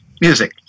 music